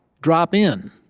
drop in.